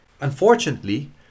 Unfortunately